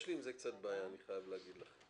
יש לי עם זה קצת בעיה, אני חייב להגיד לכם.